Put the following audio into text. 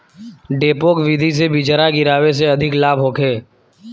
डेपोक विधि से बिचरा गिरावे से अधिक लाभ होखे?